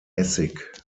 essig